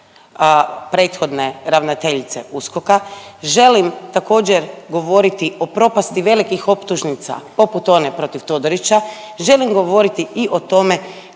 prethodne ravnateljice USKOK-a, želim također, govoriti o propasti velikih optužnica poput one protiv Todorića, želim govoriti o tome